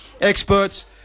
experts